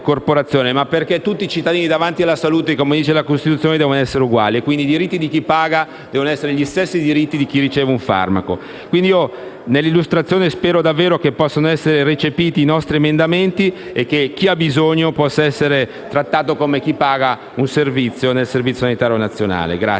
ma perché tutti i cittadini davanti alla salute - come dice la Costituzione - devono essere uguali e, quindi, i diritti di chi paga devono essere gli stessi di chi riceve un farmaco. Nell'illustrazione spero davvero che possano essere recepiti i nostri emendamenti e che chi ha bisogno possa essere trattato come chi paga un servizio nel Servizio sanitario nazionale.